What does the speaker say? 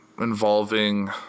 involving